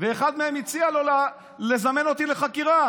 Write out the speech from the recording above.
ואחד מהם הציע לו לזמן אותי לחקירה.